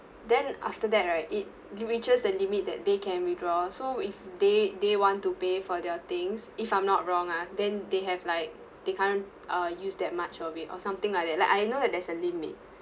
then after that right it reaches the limit that they can withdraw so if they they want to pay for their things if I'm not wrong ah then they have like they can't uh use that much of it or something like that like I know that there's a limit